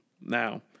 Now